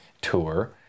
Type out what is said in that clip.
tour